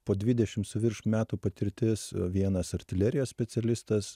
po dvidešim su virš metų patirtis vienas artilerijos specialistas